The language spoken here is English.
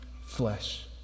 flesh